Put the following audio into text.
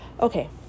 okay